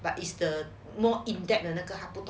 but is the more in depth 的那种